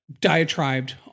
diatribed